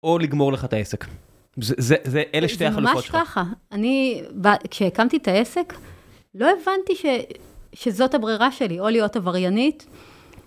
או לגמור לך את העסק, זה אלה שתי החלופות שלך. זה ממש ככה, אני כשהקמתי את העסק לא הבנתי שזאת הברירה שלי, או להיות עבריינית...